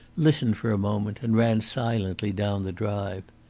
listened for a moment, and ran silently down the drive.